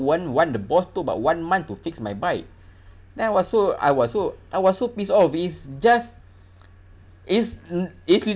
one one the boss took about one month to fix my bike then I was so I was so I was so pissed off is just is is